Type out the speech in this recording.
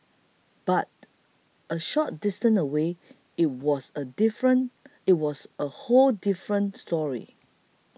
but a short distance away it was a different it was a whole different story